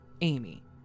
Amy